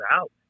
out